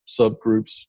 subgroups